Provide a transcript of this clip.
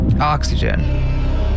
Oxygen